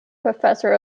professor